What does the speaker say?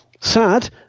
sad